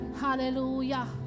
hallelujah